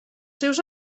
seus